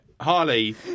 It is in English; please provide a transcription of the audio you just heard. Harley